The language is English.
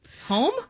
home